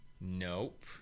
Nope